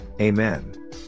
Amen